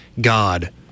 God